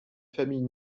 famille